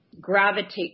gravitate